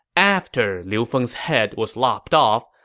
after liu feng's head was lopped off,